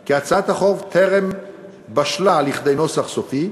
כי הצעת החוק טרם בשלה כדי נוסח סופי,